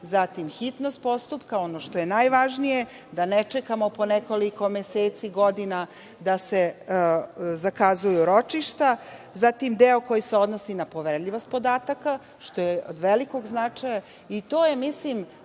zatim hitnost postupka, ono što je najvažnije da ne čekamo po nekoliko meseci, godina da se zakazuju ročišta. Zatim, deo koji se odnosi na poverljivost podataka što je od velikog značaja.